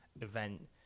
event